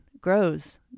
grows